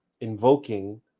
invoking